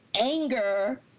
anger